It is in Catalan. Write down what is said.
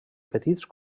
petits